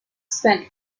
spent